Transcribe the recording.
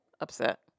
upset